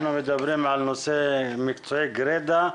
אנחנו מדברים על נושא מקצועי גריידא,